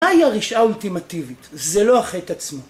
מהי הרשעה האולטימטיבית? זה לא החטא עצמו.